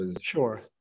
Sure